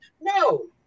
No